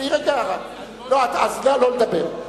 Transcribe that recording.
אני מכיר את הארץ הזאת לא פחות טוב